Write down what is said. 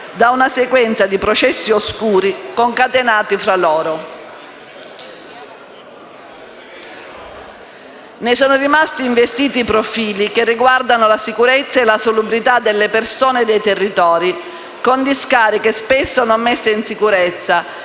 da una sequenza di processi oscuri, concatenati tra loro. Ne sono rimasti investiti profili che riguardano la sicurezza e la salubrità delle persone e dei territori, con discariche spesso non messe in sicurezza